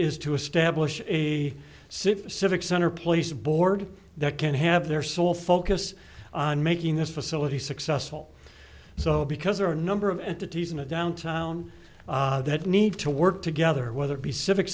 is to establish a city civic center police board that can have their sole focus on making this facility successful so because there are a number of entities in a downtown that need to work together whether it be civic